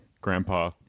grandpa